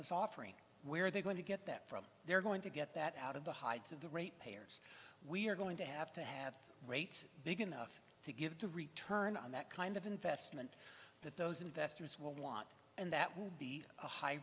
is offering where are they going to get that from they're going to get that out of the hides of the rate payers we're going to have to have great big enough to give the return on that kind of investment that those investors would want and that would be a high